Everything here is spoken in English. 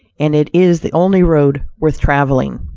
and it is the only road worth traveling.